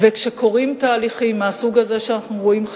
וכשקורים תהליכים חברתיים מהסוג הזה שאנחנו רואים,